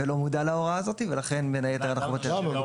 ולא מודע להוראה הזאת ולכן בין היתר אנחנו --- למה?